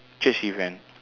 church event